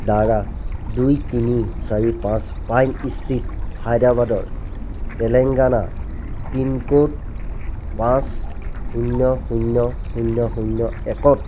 দ্বাৰা দুই তিনি চাৰি পাঁচ পাইন ষ্ট্ৰীট হায়দৰাবাদৰ তেলেংগানা পিনক'ড পাঁচ শূন্য শূন্য শূন্য শূন্য একত